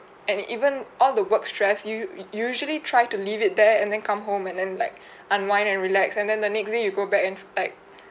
and even all the work stress you usually try to leave it there and then come home and then like unwind and relax and then the next day you go back and like